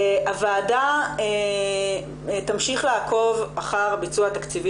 הוועדה תמשיך לעקוב אחר הביצוע התקציבי